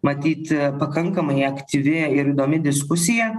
matyt pakankamai aktyvi ir įdomi diskusija